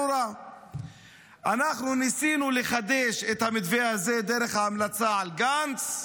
אנחנו ניסינו לחדש את המתווה הזה דרך ההמלצה על גנץ,